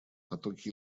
потоки